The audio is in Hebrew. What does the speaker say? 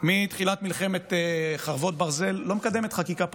מתחילת מלחמת חרבות ברזל, לא מקדמת חקיקה פרטית.